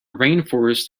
rainforests